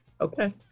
okay